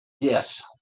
Yes